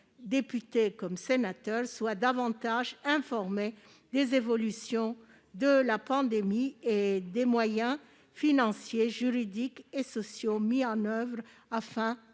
députés comme sénateurs, soient davantage informés des évolutions de la pandémie et des moyens financiers, juridiques et sociaux mis en oeuvre pour la